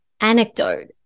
anecdote